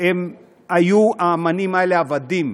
הם היו, האמנים האלה, עבדים,